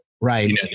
Right